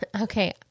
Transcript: Okay